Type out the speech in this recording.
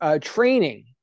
training